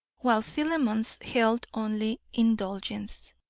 while philemon's held only indulgence.